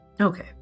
Okay